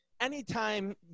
Anytime